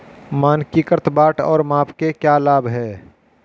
मानकीकृत बाट और माप के क्या लाभ हैं?